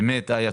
איה,